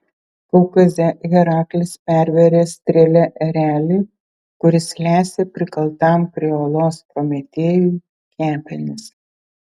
kaukaze heraklis pervėrė strėle erelį kuris lesė prikaltam prie uolos prometėjui kepenis